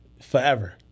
forever